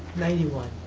ninety one.